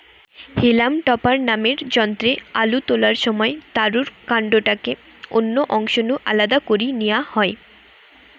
হেলাম topper নামের যন্ত্রে আলু তোলার সময় তারুর কান্ডটাকে অন্য অংশ নু আলদা করি নিয়া হয়